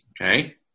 Okay